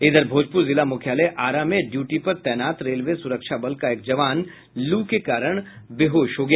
इधर भोजपुर जिला मुख्यालय आरा में ड्यूटी पर तैनात रेलवे सुरक्षा बल का एक जवान लू के कारण बेहोश हो गया